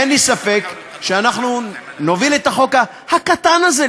אין לי ספק שאנחנו נוביל את החוק הקטן הזה,